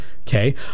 Okay